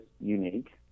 unique